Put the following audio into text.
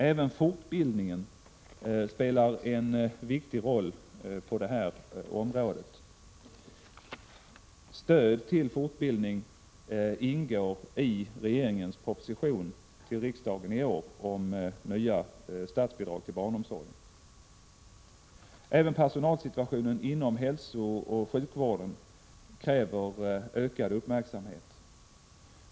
Även fortbildningen spelar en viktig roll på detta område. Stöd till fortbildning ingår i regeringens proposition till riksdagen i år om nya statsbidrag till barnomsorgen. Även personalsituationen inom hälsooch sjukvården kräver ökad uppmärksamhet.